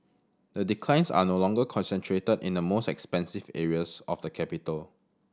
the declines are no longer concentrated in the most expensive areas of the capital